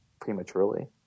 Prematurely